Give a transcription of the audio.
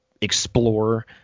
explore